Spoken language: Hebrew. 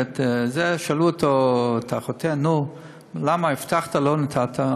ושאלו את החותן: למה הבטחת ולא נתת?